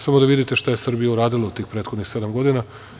Samo da vidite šta je Srbija uradila u tih prethodnih sedam i po godina.